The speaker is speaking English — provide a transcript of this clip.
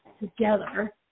together